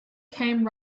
came